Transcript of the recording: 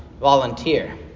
volunteer